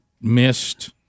missed